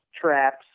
traps